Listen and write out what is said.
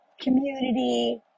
community